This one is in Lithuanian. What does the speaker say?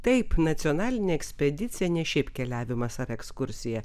taip nacionalinė ekspedicija ne šiaip keliavimas ar ekskursija